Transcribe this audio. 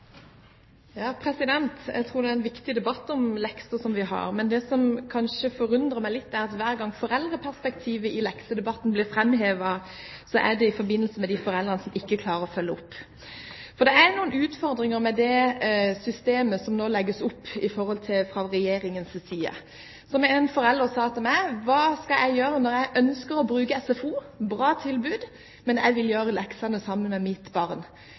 Jeg tror debatten om lekser er viktig. Det som kanskje forundrer meg litt, er at hver gang foreldreperspektivet blir framhevet i leksedebatten, er det i forbindelse med de foreldrene som ikke klarer å følge opp. For det er noen utfordringer med det systemet som det nå legges opp til fra Regjeringens side. Som en forelder sa til meg: Hva skal jeg gjøre når jeg ønsker å bruke SFO – bra tilbud – men vil gjøre leksene sammen med mitt barn?